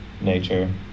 nature